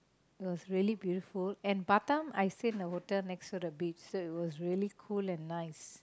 it was really beautiful and Batam I stayed in a hotel next to the beach so it was really cool and nice